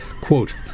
Quote